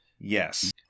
Yes